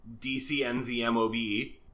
DCNZMOB